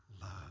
love